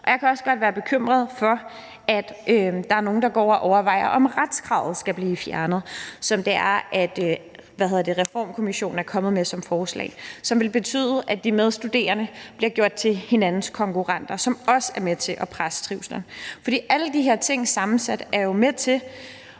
Og jeg kan også godt være bekymret for, om der er nogle, der går og overvejer, om retskravet skal blive fjernet, som Reformkommissionen er kommet med som forslag. Det vil betyde, at de medstuderende bliver gjort til hinandens konkurrenter, og det er også med til at presse trivslen. Alle de her ting sat sammen er